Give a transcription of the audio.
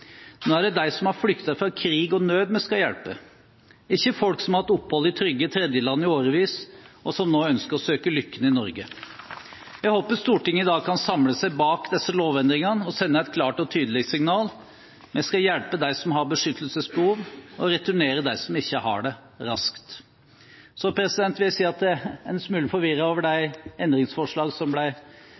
Nå er det de som har flyktet fra krig og nød, vi skal hjelpe, ikke folk som har hatt opphold i trygge tredjeland i årevis, og som nå ønsker å søke lykken i Norge. Jeg håper Stortinget i dag kan samle seg bak disse lovendringene og sende et klart og tydelig signal: Vi skal hjelpe dem som har et beskyttelsesbehov, og returnere dem som ikke har det, raskt. Så vil jeg si at jeg er en smule forvirret over de endringsforslagene som ble